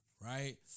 right